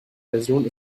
version